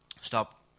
stop